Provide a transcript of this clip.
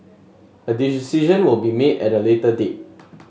a decision will be made at a later date